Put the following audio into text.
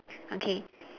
okay